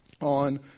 on